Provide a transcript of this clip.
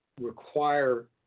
require